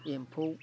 एम्फौ